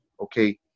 Okay